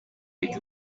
yiga